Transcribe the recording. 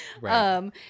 Right